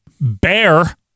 Bear